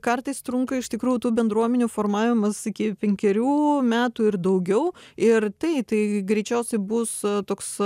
kartais trunka iš tikrųjų tų bendruomenių formavimas iki penkerių metų ir daugiau ir tai tai greičiausiai bus toks